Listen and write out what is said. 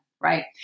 right